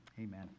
amen